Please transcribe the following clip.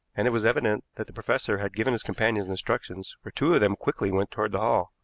and it was evident that the professor had given his companions instructions, for two of them quickly went toward the hall.